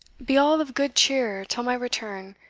be all of good cheer till my return,